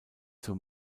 zur